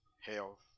health